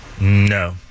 No